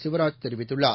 சிவராஜ் தெரிவித்துள்ளார்